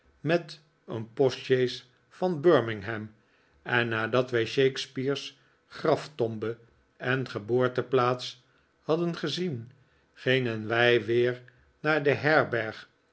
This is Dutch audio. met een postsjees van birmingham en nadat wij shakespeare's graftombe en geboorteplaats hadden gezien gingen wij weer naar de herberg